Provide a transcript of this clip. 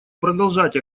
продолжать